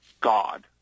God